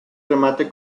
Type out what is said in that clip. remate